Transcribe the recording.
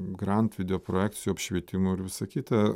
grand video projekcijų apšvietimų ir visa kita